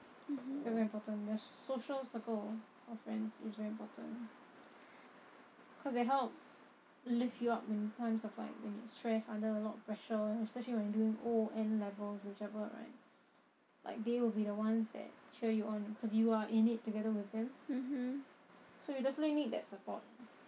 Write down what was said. very very important that social circle of friends is very important cause it help lift you up in times of like when you're stressed under a lot of pressure especially when you're doing O N level whichever right like they will be the ones that cheer you on cause you are in it together with them so you definitely need that support